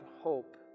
hope